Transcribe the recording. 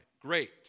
Great